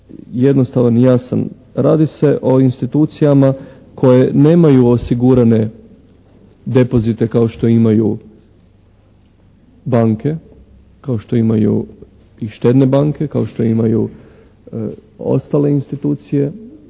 jednostavan i jasan. Radi se o institucijama koje nemaju osigurane depozite kao što imaju banke, kao što imaju i štedne banke, kao što imaju ostale institucije